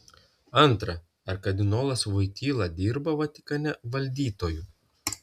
antra ar kardinolas voityla dirba vatikane valdytoju